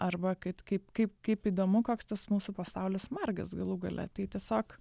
arba kad kaip kaip kaip įdomu koks tas mūsų pasaulis margas galų gale tai tiesiog